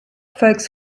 folks